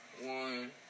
one